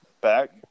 back